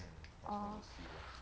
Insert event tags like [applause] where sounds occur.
orh [breath]